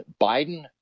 Biden